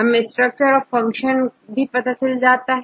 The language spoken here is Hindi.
हमें स्ट्रक्चर ऑफ फंक्शन भी पता है